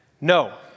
No